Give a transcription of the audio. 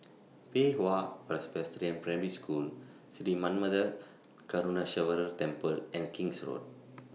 Pei Hwa Presbyterian Primary School Sri Manmatha Karuneshvarar Temple and King's Road